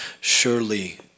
Surely